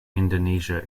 indonesia